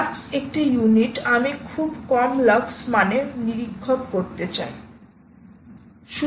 lux একটি unit এবং আমি খুব কম লাক্স মানে নিরীক্ষণ করতে চাই